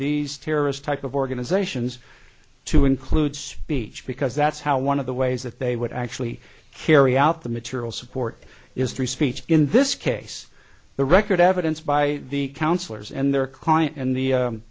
these terrorist type of organizations to include speech because that's how one of the ways that they would actually carry out the material support is free speech in this case the record evidence by the counselors and their client and the